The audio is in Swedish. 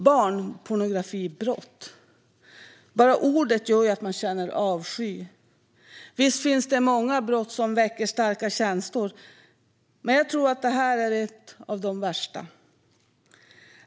Barnpornografibrott - bara ordet gör ju att man känner avsky. Visst finns det många brott som väcker starka känslor, men jag tror att detta är ett av de värsta.